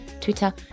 Twitter